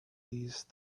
these